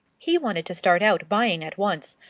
he wanted to start out buying at once,